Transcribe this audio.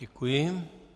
Děkuji.